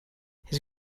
his